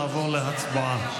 נעבור להצבעה.